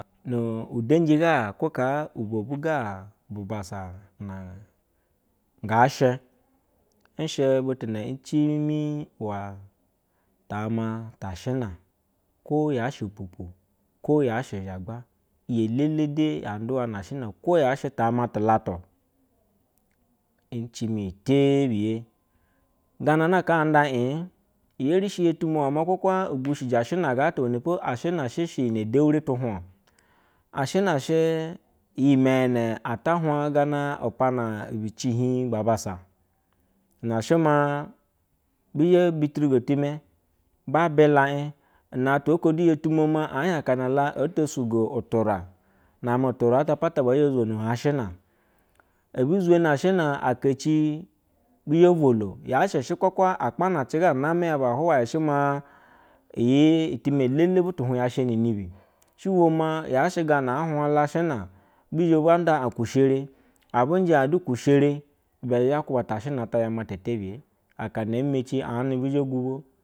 Nu udenji ga ke ha nubonu ga bassa na nga she nshe butu ami uwa tama ta shina, ko yas pupu ko yashe zagba iyi elele a ruluwa na shina no yashe tama tulatu, icimi ij tebiye guna kan anda ii yeri yo tomo ma kwahwa ugushiji ashina gata wene po ashinu sheshe yine churitu hwao, ashina hyimeye ne ata hwa gana lipana be cihi babassa, na shima atwa oleo tomoa ma echi ala oto sugo utura name tura ehie ala oto suga utura, name tuna at pata zhe zwono ashina ezhani ashina alea ci bizhe bolo yashe kewatew uta ponace ga name yaba kwai eshena itina ehie butun ya asha nini bi, shiboma yashe gana ahwa la ashina biza banda a kushere abuje a du husura shere aba ze ba kubu ta shina ata zhema ti beye aka na amaci anabi zhe ogubo.